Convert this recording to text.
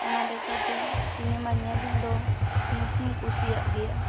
ᱚᱱᱟ ᱞᱮᱠᱟᱛᱮ ᱥᱤᱱᱮᱢᱟ ᱧᱮᱞᱫᱚ ᱤᱧᱦᱚᱸᱧ ᱠᱩᱥᱤᱭᱟᱜ ᱜᱮᱭᱟ